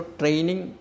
training